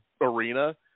arena